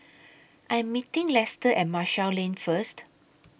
I Am meeting Lester At Marshall Lane First